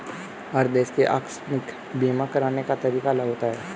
हर देश के आकस्मिक बीमा कराने का तरीका अलग होता है